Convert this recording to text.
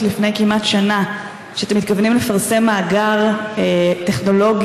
לפני כמעט שנה שאתם מתכוונים לפרסם מאגר טכנולוגי